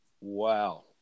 Wow